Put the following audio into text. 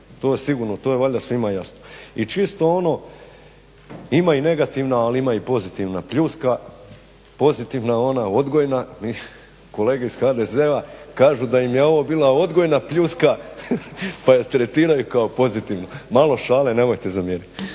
To je sigurno. To je valjda svima jasno. I čisto ono, ima i negativna ali ima i pozitivna pljuska. Pozitivna je ona odgojna, kolege iz HDZ-a kažu da im je ovo bila odgojna pljuska, pa je tretiraju kao pozitivnu. Malo šale, nemojte zamjeriti.